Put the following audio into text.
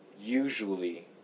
usually